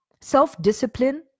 Self-discipline